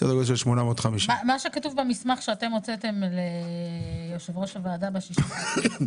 סדר גודל של 850. מה שכתוב במסמך שאתם הוצאתם ליו"ר הוועדה זה 850,